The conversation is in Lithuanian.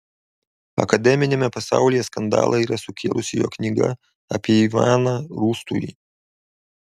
akademiniame pasaulyje skandalą yra sukėlusi jo knyga apie ivaną rūstųjį